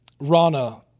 Rana